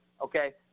okay